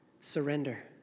surrender